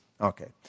okay